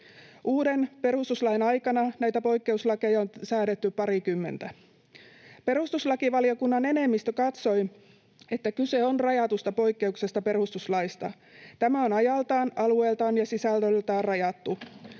Uuden perustuslain aikana näitä poikkeuslakeja on säädetty parikymmentä. Perustuslakivaliokunnan enemmistö katsoi, että kyse on rajatusta poikkeuksesta perustuslaista. Tämä on ajaltaan, alueeltaan ja sisällöltään rajattu.